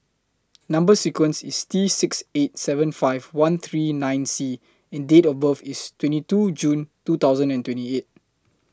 Number sequence IS T six eight seven five one three nine C and Date of birth IS twenty two June two thousand and twenty eight